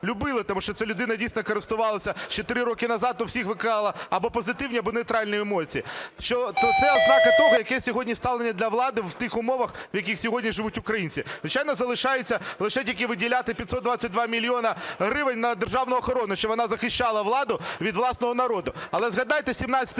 любили, тому що ця людина дійсно користувалася ще три роки назад та у всіх викликала або позитивні, або нейтральні емоції, то це ознака того, яке сьогодні ставлення до влади в тих умовах, в яких сьогодні живуть українці. Звичайно, залишається лише тільки виділяти 522 мільйони гривень на державну охорони, щоб вона захищала владу від власного народу.